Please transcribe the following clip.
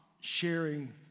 sharing